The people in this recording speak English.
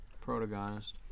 protagonist